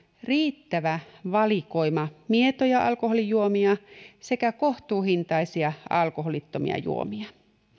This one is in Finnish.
riittävä valikoima mietoja alkoholijuomia sekä kohtuuhintaisia alkoholittomia juomia